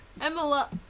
Emma